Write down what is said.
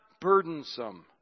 burdensome